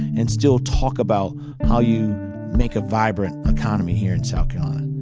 and still talk about how you make a vibrant economy here in south carolina.